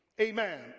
Amen